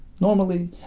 Normally